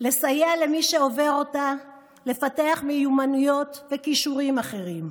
לסייע למי שעובר אותה לפתח מיומנויות וכישורים אחרים.